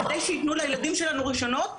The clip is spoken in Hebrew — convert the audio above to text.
כדי שייתנו לילדים שלנו רישיונות,